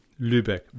Lübeck